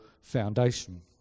foundation